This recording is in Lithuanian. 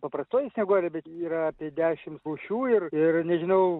paprastoji snieguolė bet yra apie dešims rūšių ir ir nežinau